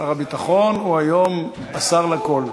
שר הביטחון הוא היום השר לכול.